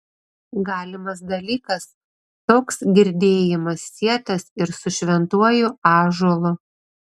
galimas dalykas toks girdėjimas sietas ir su šventuoju ąžuolu